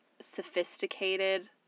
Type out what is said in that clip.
sophisticated